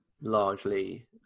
largely